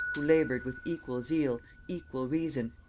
who labored with equal zeal, equal reason,